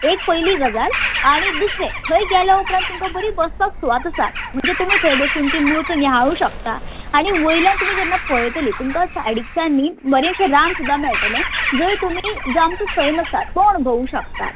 एक पयली गजाल आनी दुसरें थंय गेल्या उपरान तुमकां बरी बसपाक सुवात आसा म्हन्जे तुमी थंय बसून ती मूर्त निहाळूं शकता आनी वयल्यान तुमी जेन्ना पळयतली तुमकां सायडीकसान न्ही बरेशें रान सुद्दां मेळटलें जर तुमी जो आमचो सैम आसा तो अणभवूं शकतात